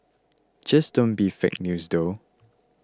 just don't be fake news though